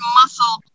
muscle